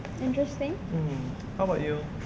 mmhmm how about you